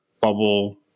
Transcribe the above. bubble